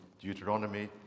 Deuteronomy